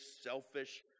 selfish